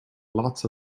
lots